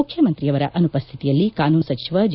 ಮುಖ್ಯಮಂತ್ರಿಯವರ ಅನುಪಸ್ಥಿತಿಯಲ್ಲಿ ಕಾನೂನು ಸಚಿವ ಜೆ